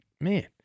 man